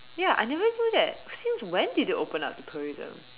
ya I never knew that since when did they open up the tourism